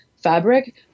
fabric